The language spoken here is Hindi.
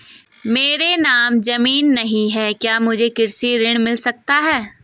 मेरे नाम ज़मीन नहीं है क्या मुझे कृषि ऋण मिल सकता है?